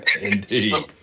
Indeed